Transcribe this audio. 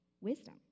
wisdom